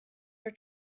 are